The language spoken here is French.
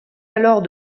alors